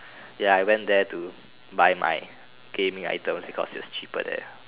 ya I went there to buy my gaming items because it was cheaper there